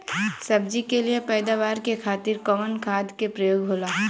सब्जी के लिए पैदावार के खातिर कवन खाद के प्रयोग होला?